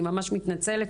אני ממש מתנצלת.